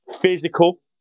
physical